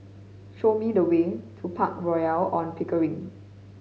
show me the way to Park Royal On Pickering